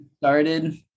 started